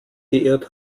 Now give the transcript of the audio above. geirrt